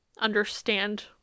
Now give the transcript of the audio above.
understand